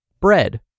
bread